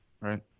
right